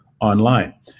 online